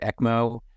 ECMO